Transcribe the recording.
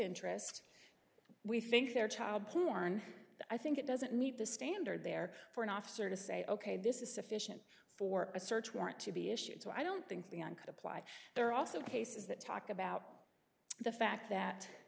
interest we think there child porn i think it doesn't meet the standard there for an officer to say ok this is sufficient for a search warrant to be issued so i don't think the un could apply there are also cases that talk about the fact